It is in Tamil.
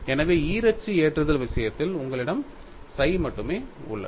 எனவே ஈரச்சு ஏற்றுதல் விஷயத்தில் உங்களிடம் psi மட்டுமே உள்ளது